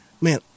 man